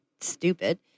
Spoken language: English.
stupid